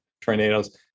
tornadoes